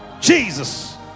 Jesus